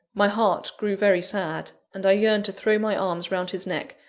my heart grew very sad and i yearned to throw my arms round his neck,